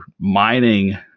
mining